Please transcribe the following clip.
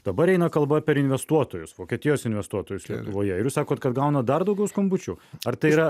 dabar eina kalba per investuotojus vokietijos investuotojus lietuvoje ir jūs sakot kad gaunat dar daugiau skambučių ar tai yra